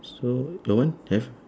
so your one have